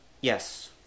Yes